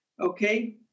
Okay